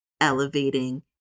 elevating